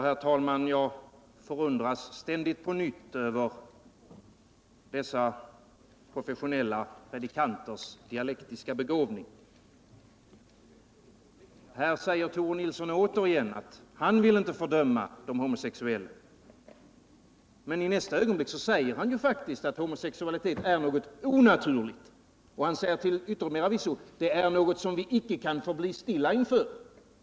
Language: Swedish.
Herr talman! Jag förundras ständigt på nytt över dessa professionella predikanters dialektiska begåvning. Här sade Tore Nilsson återigen att han inte vill fördöma de homosexuella. Men i nästa ögonblick sade han faktiskt att homosexualitet är någonting onaturligt. Han sade till yttermera visso att det var någonting som vi icke kan förbli stilla inför!